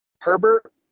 Herbert